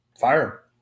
fire